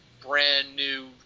brand-new